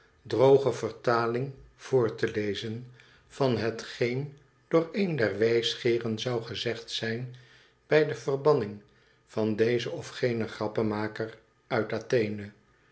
droge vertaling voor te lezon van hetgeen door een der wijsgeeren zou gezegd zijn bij de verbanning van dezen of genen grappenmaker uit athene